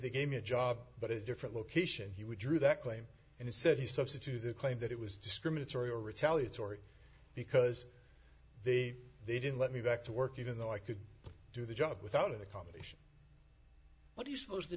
they gave me a job but it different location he would drew that claim and he said he substituted the claim that it was discriminatory or retaliatory because they they didn't let me back to work even though i could do the job without an accommodation what do you suppose the